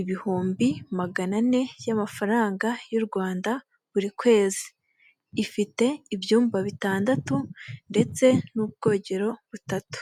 ibihumbi magana ane y'amafaranga y'u Rwanda buri kwezi, ifite ibyumba bitandatu ndetse n'ubwogero butatu.